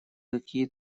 какие